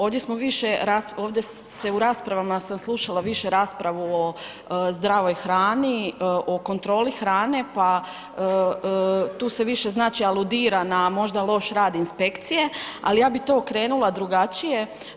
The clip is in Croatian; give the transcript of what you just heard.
Ovdje smo više, ovdje se u raspravama sam slušala više raspravu o zdravoj hrani, o kontroli hrane, pa tu se više znači aludira na možda loš način inspekcije, ali ja bih to okrenula drugačije.